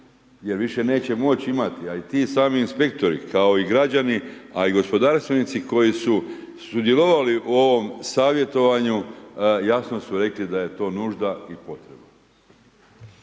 jer više neće moći imati. A i ti sami inspektori kao i građani, a i gospodarstvenici koji su sudjelovali u ovom savjetovanju jasno su rekli da je to nužda i potreba.